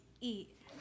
eat